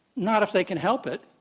not if they can help it,